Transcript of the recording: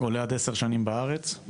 עד 15 שנים בארץ.